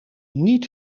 niet